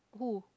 who